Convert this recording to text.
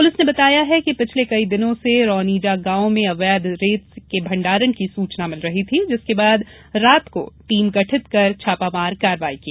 police ने बताया है कि पिछले कई दिनों से रौनिजा गांव में अवैध रेत के भंडारण की सूचना मिल रहीं थी जिसके बाद रात को टीम गठित कर छापामार कार्रवाई की